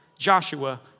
Joshua